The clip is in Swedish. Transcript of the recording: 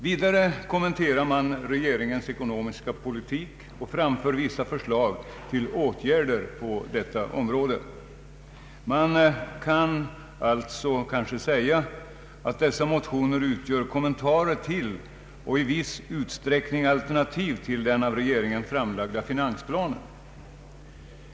Vidare kommenteras regeringens ekonomiska politik och framförs vissa förslag till åtgärder på detta område. Man kan alltså säga att dessa motioner utgör kommentarer till och i viss utsträckning alternativ till den av regeringen framlagda finansplanen.